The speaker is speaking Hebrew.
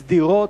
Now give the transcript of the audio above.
סדירות,